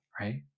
Right